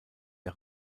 der